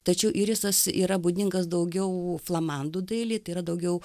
tačiau irisas yra būdingas daugiau flamandų dailei tai yra daugiau